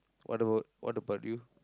what about what about you